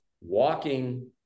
walking